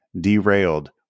derailed